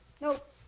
Nope